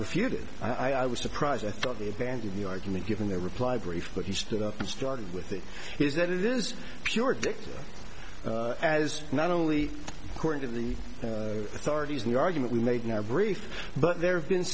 refuted i was surprised i thought the advantage of the argument given their reply brief but he stood up and started with that is that it is pure dicta as not only according to the authorities of the argument we made in our brief but there have been